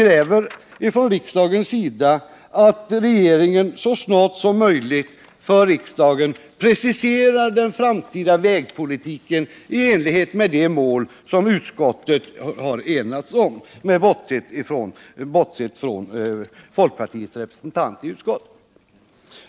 Regeringen måste så snart som möjligt för riksdagen precisera den framtida vägpolitiken i enlighet med de mål som man i utskottet — bortsett från folkpartiets representant — har enats om.